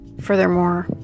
Furthermore